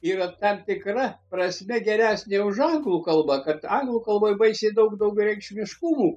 yra tam tikra prasme geresnė už anglų kalbą kad anglų kalboj baisiai daug daugiareikšmiškumų